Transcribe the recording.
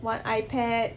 one ipad